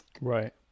Right